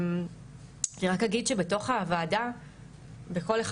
אני רק אגיד שבתוך הוועדה בכל אחד